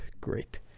Great